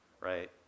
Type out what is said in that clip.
right